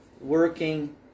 working